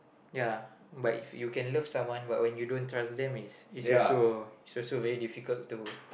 ya but if you can love someone but when you don't trust them it's it's also it's also very difficult to